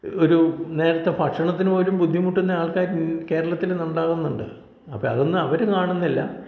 ഒരു നേരത്തെ ഭക്ഷണത്തിനു പോലും ബുദ്ധിമുട്ടുന്ന ആൾക്കാർ കേരളത്തിൽ ഇന്ന് ഉണ്ടാവുന്നുണ്ട് അപ്പം അതൊന്നും അവർ കാണുന്നില്ല